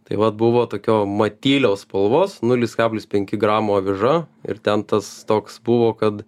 tai vat buvo tokio matyliaus spalvos nulis kablis penki gramo aviža ir ten tas toks buvo kad